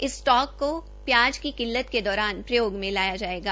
इस स्टॉक को प्याज की किल्लत के दौरान प्रयोग में लाया जायेगा